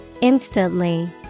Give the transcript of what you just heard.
Instantly